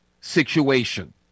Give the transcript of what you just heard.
situation